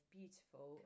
beautiful